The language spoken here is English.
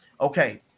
Okay